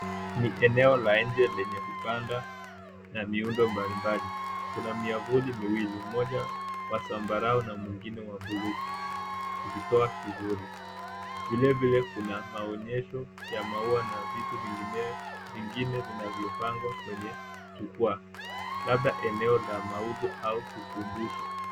Ni eneo la nje lenye vibanda na miundo mbalimbali. Kuna miavuli miwili, moja wa zambarau na mwingine wa buluu ukitoa kivuli. Vile vile kuna maonyesho ya maua na vitu vingineo vingine vinavyopangwa kwenye jukwaa, labda eneo la mauzo au ukumbusho.